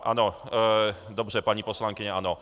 Ano, dobře, paní poslankyně z ANO .